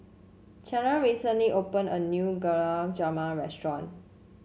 Charlize recently opened a new Gulab Jamun restaurant